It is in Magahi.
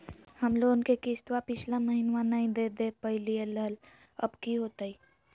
हम लोन के किस्तवा पिछला महिनवा नई दे दे पई लिए लिए हल, अब की होतई?